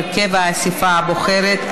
הרכב האספה הבוחרת),